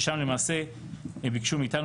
ששם למעשה הם ביקשו מאיתנו,